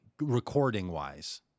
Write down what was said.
recording-wise